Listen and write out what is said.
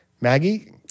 Maggie